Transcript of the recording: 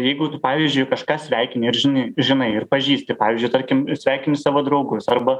jeigu tu pavyzdžiui kažką sveikini ar žinai žinai ir pažįsti pavyzdžiui tarkim sveikini savo draugus arba